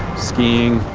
skiing,